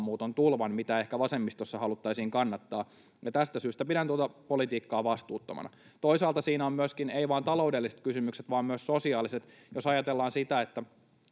maahanmuuton tulvan, mitä ehkä vasemmistossa haluttaisiin kannattaa. Tästä syystä pidän tuota politiikkaa vastuuttomana. Toisaalta siinä eivät ole vain taloudelliset kysymykset, vaan myös sosiaaliset, jos ajatellaan, että